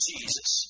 Jesus